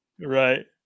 right